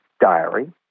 diary